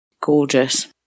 gorgeous